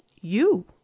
you